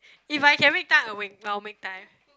if I can make time I'll make I will make time